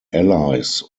allies